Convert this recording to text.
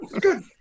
Good